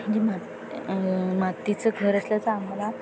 म्हणजे मात मातीचं घर असल्याचा आम्हाला